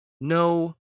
no